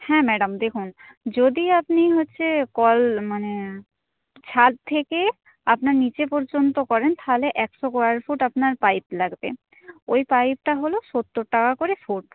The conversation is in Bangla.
হ্যাঁ ম্যাডাম দেখুন যদি আপনি হচ্ছে কল মানে ছাদ থেকে আপনার নীচে পর্যন্ত করেন তাহলে একশো স্কয়ার ফুট আপনার পাইপ লাগবে ওই পাইপটা হলো সত্ত্বর টাকা করে ফুট